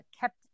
kept